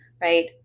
right